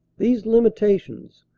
these limitations,